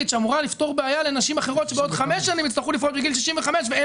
שאמורה לפתור בעיה לנשים אחרות שבעוד חמש שנים יצטרכו לפרוש בגיל 65 ואין